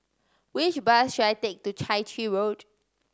which bus should I take to Chai Chee Road